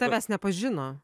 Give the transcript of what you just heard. tavęs nepažino